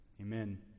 Amen